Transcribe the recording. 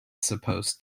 supposed